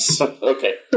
Okay